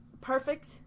perfect